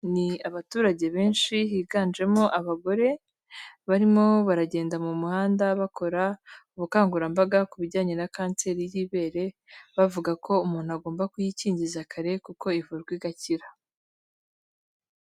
Ni abaturage benshi higanjemo abagore, barimo baragenda mu muhanda bakora ubukangurambaga ku bijyanye na kanseri y'ibere, bavuga ko umuntu agomba kuyikingiza kare kuko ivurwa igakira.